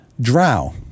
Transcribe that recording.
Drow